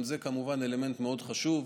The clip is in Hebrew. גם זה כמובן אלמנט מאוד חשוב.